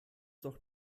doch